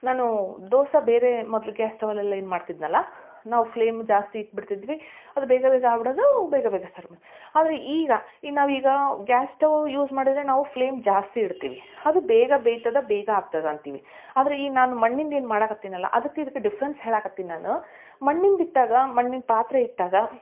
ನಾನೂ ದೋಸೆ ಬೇರೇ ಮೊದ್ಲು ಗ್ಯಾಸ್ ಸ್ಟವಲ್ಲಿ ಎಲ್ಲ ಏನು ಮಾಡ್ತಿದ್ನಲ್ಲ ನಾವು ಫ್ಲೇಮ್ ಜಾಸ್ತಿ ಇಟ್ಟುಬಿಡ್ತಿದ್ವಿ ಅದು ಬೇಗ ಬೇಗ ಆಗ್ಬಿಡದೂ ಬೇಗ ಬೇಗ ಸರ್ವ್ ಆದರೆ ಈಗ ಈ ನಾವೀಗಾ ಗ್ಯಾಸ್ ಸ್ಟವು ಯೂಸ್ ಮಾಡಿದ್ರೆ ನಾವು ಫ್ಲೇಮ್ ಜಾಸ್ತಿ ಇಡ್ತೀವಿ ಅದು ಬೇಗ ಬೇಯ್ತದೆ ಬೇಗ ಆಗ್ತದೆ ಅಂತೀವಿ ಆದರೆ ಈ ನಾನು ಮಣ್ಣಿಂದು ಏನು ಮಾಡೋಕತ್ತಿನಲ್ಲ ಅದಕ್ಕೆ ಇದಕ್ಕೆ ಡಿಫ್ರೆನ್ಸ್ ಹೇಳೋಕತ್ತೀನಿ ನಾನು ಮಣ್ಣಿಂದು ಇಟ್ಟಾಗ ಮಣ್ಣಿಂದು ಪಾತ್ರೆ ಇಟ್ಟಾಗ